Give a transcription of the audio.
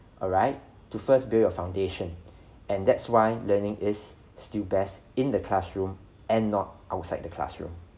alright to first build your foundation and that's why learning is still best in the classroom and not outside the classroom